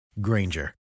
Granger